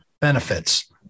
benefits